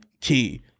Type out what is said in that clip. key